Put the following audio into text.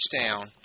touchdown